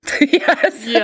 yes